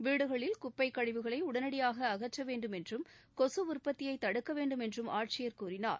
வீடுகளில் குப்பை கழிவுகளை உடனடியாக அகற்ற வேண்டும் என்றும் கொசு உற்பத்தியை தடுக்க வேண்டும் என்றும் ஆட்சியர் கூறினார்